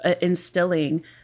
instilling